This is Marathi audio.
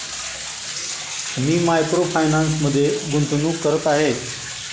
मी मायक्रो फायनान्समध्ये गुंतवणूक करत आहे